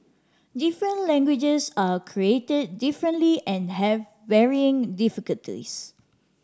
different languages are created differently and have varying difficulties